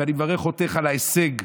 ואני מברך אותך על ההישג,